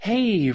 Hey